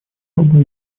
оба